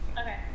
Okay